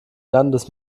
landes